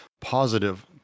positive